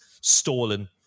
stolen